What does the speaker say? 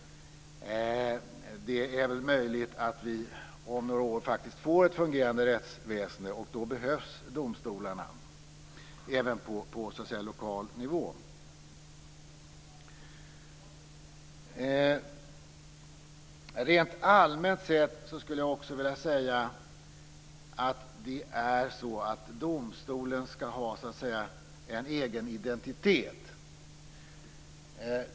Det är väl möjligt att vi om några år faktiskt får ett fungerande rättsväsende, och då behövs domstolarna även på lokal nivå. Jag skulle rent allmänt vilja säga att domstolen ska ha så att säga en egen identitet.